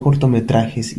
cortometrajes